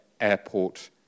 Airport